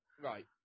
Right